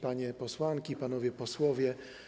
Panie Posłanki i Panowie Posłowie!